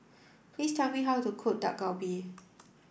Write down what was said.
please tell me how to cook Dak Galbi